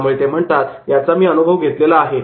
त्यामुळे ते म्हणतात 'याचा मी अनुभव घेतलेला आहे